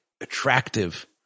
attractive